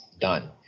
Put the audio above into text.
done